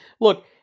Look